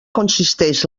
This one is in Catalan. consisteix